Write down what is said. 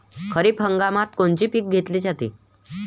खरिप हंगामात कोनचे पिकं घेतले जाते?